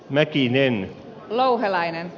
mäkinen louhelainen